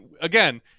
again